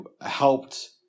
helped